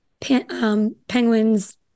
Penguins